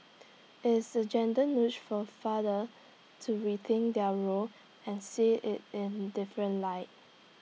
it's A gentle nudge for fathers to rethink their role and see IT in different light